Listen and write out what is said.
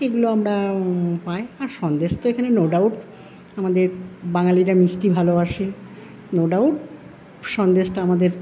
এগুলো আমরা পায় আর সন্দেশ তো এখানে নো ডাউট আমাদের বাঙালিরা মিষ্টি ভালোবাসে নো ডাউট সন্দেশটা আমাদের